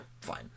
fine